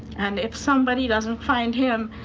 and if somebody doesn't find him,